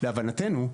השטח ולהבנתנו,